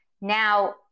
Now